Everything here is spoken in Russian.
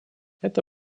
это